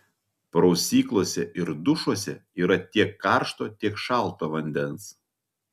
prausyklose ir dušuose yra tiek karšto tiek šalto vandens